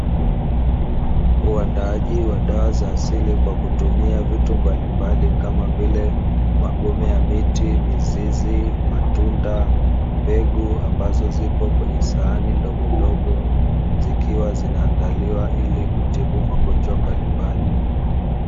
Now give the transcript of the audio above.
Uandaaji wa dawa za asili kwa kutumia vitu mbalimbali, kama vile magome ya miti, mizizi, matunda, mbegu, ambazo zipo kwenye sahani ndogo ndogo, zikiwa zinaandaliwa ili kutibu magonjwa mbalimbali.